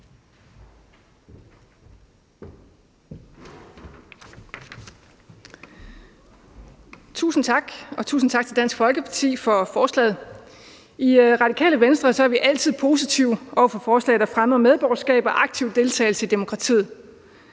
Tusind tak, og tusind tak til Dansk Folkeparti for forslaget. I Radikale Venstre er vi altid positive over for forslag, der fremmer medborgerskab og aktiv deltagelse i demokratiet.